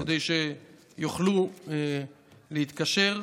כדי שיוכלו להתקשר.